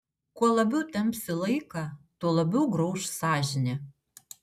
kuo labiau tempsi laiką tuo labiau grauš sąžinė